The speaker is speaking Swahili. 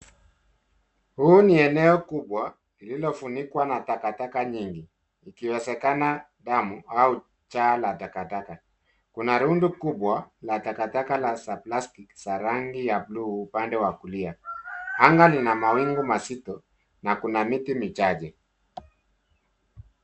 Huu ni eneo kubwa lililofunikwa na takataka nyingi ikiwemo au damu au jaa la takataka. Kuna rundo kubwa la takataka za plastics za rangi ya blue upande wa kulia. Anga lina mawingu mazito na kuna miti michache.